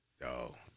Yo